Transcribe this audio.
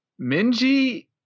Minji